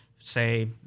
say